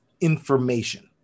information